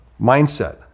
mindset